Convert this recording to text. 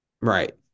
Right